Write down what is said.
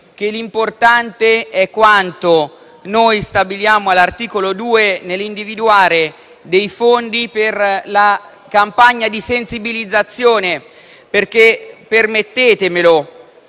che l'importante è quanto stabiliamo all'articolo 2 nell'individuare dei fondi per la campagna di sensibilizzazione, perché - permettetemi